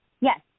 Yes